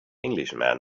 englishman